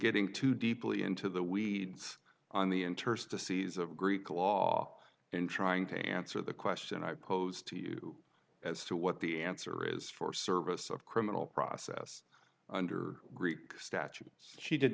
getting too deeply into the weeds on the interstices of greek law in trying to answer the question i posed to you as to what the answer is for service of criminal process under greek statutes she did